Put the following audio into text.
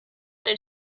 did